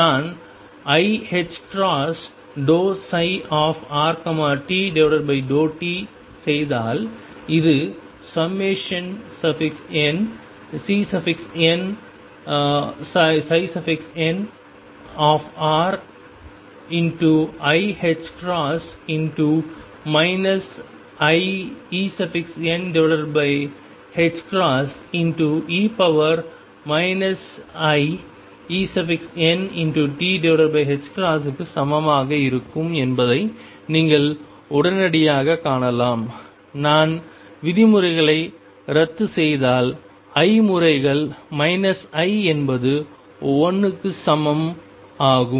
நான் iℏ∂ψrt∂t செய்தால் இது nCnnriℏ iEne iEnt க்கு சமமாக இருக்கும் என்பதை நீங்கள் உடனடியாகக் காணலாம் நான் விதிமுறைகளை ரத்து செய்தால் i முறைகள் i என்பது 1 இக்கு சமம் ஆகும்